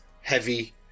heavy